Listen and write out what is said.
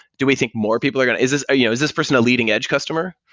do we think more people are going is this you know is this person a leading edge customer?